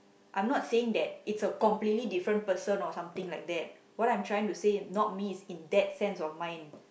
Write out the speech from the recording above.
I'm not saying that it's a completely different person or something like that what I'm trying to say is not me is in that sense of mind